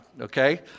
okay